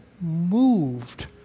moved